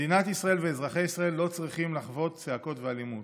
מדינת ישראל ואזרחי ישראל לא צריכים לחוות צעקות ואלימות,